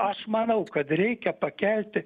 aš manau kad reikia pakelti